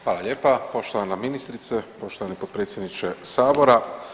Hvala lijepa, poštovana ministrice, poštovani potpredsjedniče sabora.